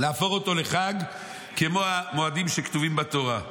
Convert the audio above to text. להפוך אותו לחג כמו המועדים שכתובים בתורה.